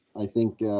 i think,